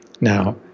now